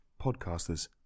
podcasters